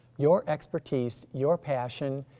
your expertise, your passion,